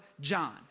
John